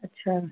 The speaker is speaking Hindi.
अच्छा